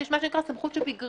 שיש מה שנקרא סמכות שבגררא.